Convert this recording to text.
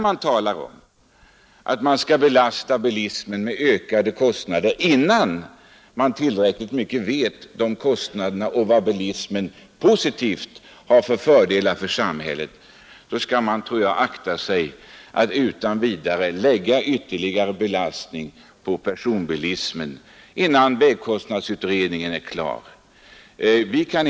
Man talar om att belasta bilismen med ökade kostnader innan man vet tillräckligt mycket om vilka fördelar bilismen har för samhället och vilka nackdelar och skador den förorsakar.